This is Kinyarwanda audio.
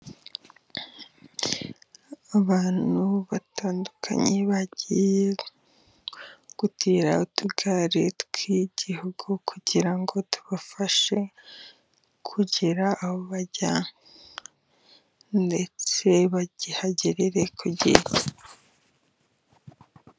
Abantu batandukanye bagiye gutira utugare tw'igihugu kugira ngo tubafashe kugera aho bajya, ndetse bahagerere ku gihe.